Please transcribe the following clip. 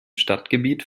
stadtgebiet